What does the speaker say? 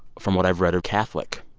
from what i've read, are catholic